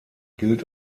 gilt